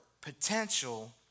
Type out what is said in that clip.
potential